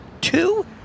Two